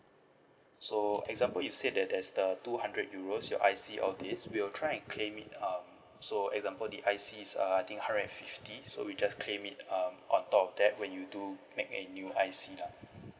so example you said that there's the two hundred euros your I_C all these we'll try and claim it um so example the I_C is uh I think hundred and fifty so we just claim it um on top of that when you do make a new I_C lah